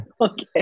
Okay